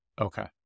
Okay